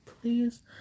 Please